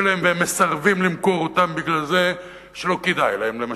ומסרבים למכור אותן כי לא כדאי להם, למשל?